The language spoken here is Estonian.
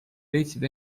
leidsid